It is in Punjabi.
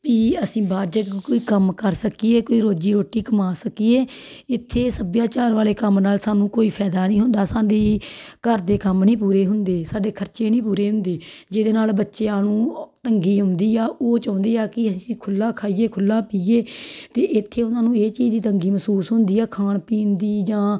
ਵੀ ਅਸੀਂ ਬਾਹਰ ਜਾ ਕੇ ਕੋਈ ਕੰਮ ਕਰ ਸਕੀਏ ਕੋਈ ਰੋਜੀ ਰੋਟੀ ਕਮਾ ਸਕੀਏ ਇੱਥੇ ਸੱਭਿਆਚਾਰ ਵਾਲੇ ਕੰਮ ਨਾਲ ਸਾਨੂੰ ਕੋਈ ਫਾਇਦਾ ਨਹੀਂ ਹੁੰਦਾ ਸਾਡੀ ਘਰ ਦੇ ਕੰਮ ਨਹੀਂ ਪੂਰੇ ਹੁੰਦੇ ਸਾਡੇ ਖਰਚੇ ਨਹੀਂ ਪੂਰੇ ਹੁੰਦੇ ਜਿਹਦੇ ਨਾਲ ਬੱਚਿਆਂ ਨੂੰ ਤੰਗੀ ਹੁੰਦੀ ਆ ਉਹ ਚਾਹੁੰਦੇ ਆ ਕਿ ਅਸੀਂ ਖੁੱਲ੍ਹਾ ਖਾਈਏ ਖੁੱਲ੍ਹਾ ਪੀਈਏ ਅਤੇ ਇੱਥੇ ਉਹਨਾਂ ਨੂੰ ਇਹ ਚੀਜ਼ ਦੀ ਤੰਗੀ ਮਹਿਸੂਸ ਹੁੰਦੀ ਆ ਖਾਣ ਪੀਣ ਦੀ ਜਾਂ